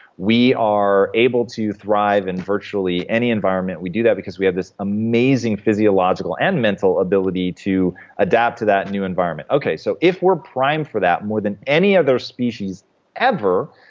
we are able to thrive in virtually any environment. we do that because we have this amazing physiological and mental ability to adapt to that new environment. okay, so if we're primed for that more than any other species ever,